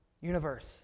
universe